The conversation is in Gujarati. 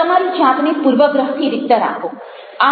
તમારી જાતને પૂર્વગ્રહથી રિક્ત રાખો